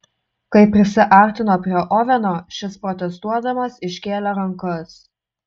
kai prisiartino prie oveno šis protestuodamas iškėlė rankas